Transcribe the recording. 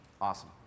Awesome